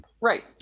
Right